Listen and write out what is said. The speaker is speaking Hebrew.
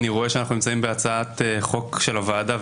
אני רואה שאנחנו נמצאים בהצעת חוק של הוועדה,